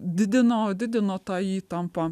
didino didino tą įtampą